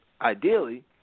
ideally